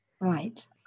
Right